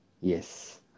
Yes